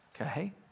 okay